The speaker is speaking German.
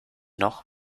noch